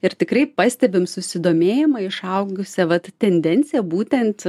ir tikrai pastebim susidomėjimą išaugusia vat tendencija būtent